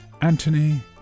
Anthony